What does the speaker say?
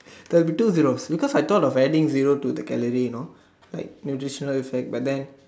there will be two zero because I thought of adding zero to the calorie you know like nutritional effect but then